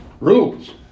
rules